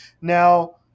Now